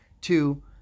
two